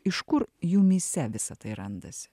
iš kur jumyse visa tai randasi